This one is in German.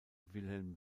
wilhelm